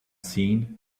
seen